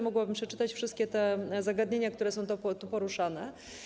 Mogłabym przeczytać wszystkie te zagadnienia, które są tu poruszane.